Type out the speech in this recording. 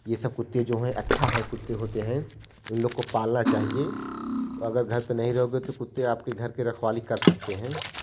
यह सब जो कुत्ते हैं अच्छा है कुत्ते होते हैं इन लोग को पलना चाहिए और अगर घर पर नहीं रहोगे तो कुत्ते आपके घर की रखवाली कर सकते हैं